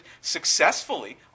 successfully